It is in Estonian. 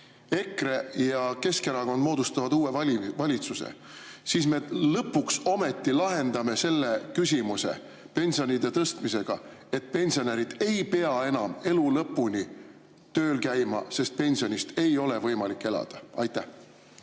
EKRE ja Keskerakond moodustavad uue valitsuse, siis me lõpuks ometi lahendame pensionide tõstmisega selle küsimuse, nii et pensionärid ei pea enam elu lõpuni tööl käima, sest pensionist ei ole võimalik ära elada. Aitäh,